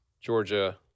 Georgia